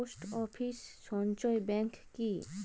Post office সঞ্চয় bank কি?